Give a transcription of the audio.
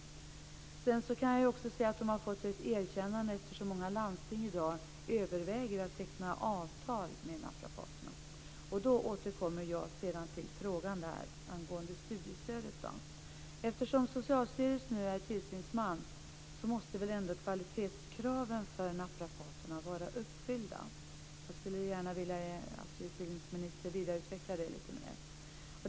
Naprapaterna har också fått ett erkännande i och med att många landsting i dag överväger att teckna avtal med dem. Jag återkommer då till frågan om studiestödet. Eftersom Socialstyrelsen nu är tillsynsman måste väl ändå kvalitetskraven för naprapaterna vara uppfyllda. Jag skulle gärna vilja att utbildningsministern utvecklade detta lite mer.